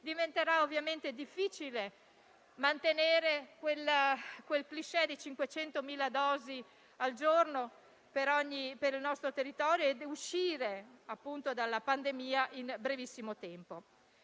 diventerà difficile mantenere lo *standard* di 500.000 dosi al giorno per il nostro territorio ed uscire dalla pandemia in brevissimo tempo.